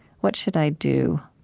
what should i do?